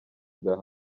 bwa